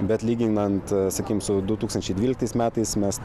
bet lyginant sakykim su du tūkstančiai dvyliktais metais mes